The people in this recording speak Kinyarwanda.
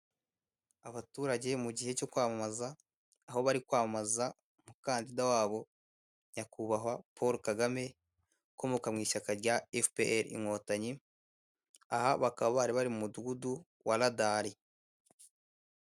Abaturage mu gihe cyo kwamamaza aho bari kwamaza umukandida wabo nyakubahwa Paul Kagame ukomoka mu ishyaka rya efuperi inkotanyi, aha bakaba bari bari mu mudugudu wa radari.